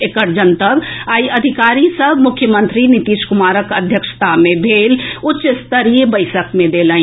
एकर जनतब आइ अधिकारी सभ मुख्यमंत्री नीतीश कुमारक अध्यक्षता मे भेल उच्चस्तरीय बैसक मे देलनि